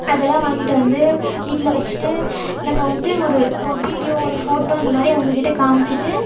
அதெலாம் வாங்கிட்டு வந்து வீட்டில வச்சிட்டு நம்ம வந்து ஒரு வீடியோ ஒரு ஃபோட்டோ அந்தமாதிரி அவங்கக்கிட்ட காமிச்சிகிட்டு